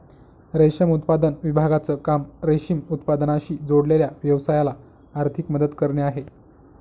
रेशम उत्पादन विभागाचं काम रेशीम उत्पादनाशी जोडलेल्या व्यवसायाला आर्थिक मदत करणे आहे